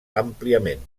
àmpliament